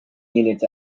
units